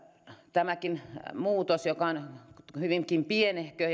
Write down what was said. tämäkin muutos joka on hyvinkin pienehkö